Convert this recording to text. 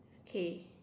okay